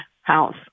house